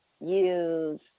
use